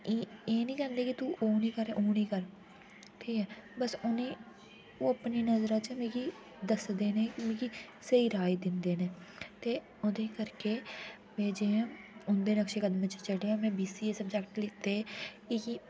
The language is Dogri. एह् एह् नी कैंह्दे कि तू ओह् नी कर ओह् नी कर ठीक ऐ बस उ'नें ओह् अपनी नजरा च मिगी दसदे न कि मिगी स्हेई राय दिन्दे न ते ओह्दे करके में जे उं'दे नक्शे कदमा च में बीसीए सब्जेक्ट लैते मिगी